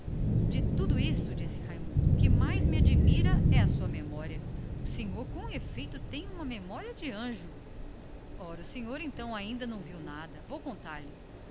de tudo isso aventurou raimundo o que mais me admira é a sua memória o senhor com efeito tem uma memória de anjo ora o senhor ainda não viu nada vou contar-lhe